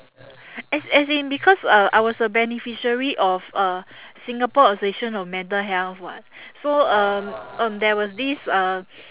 as as in because uh I was a beneficiary of uh singapore association of mental health [what] so um um there was this uh